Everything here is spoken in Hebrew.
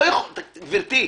גברתי,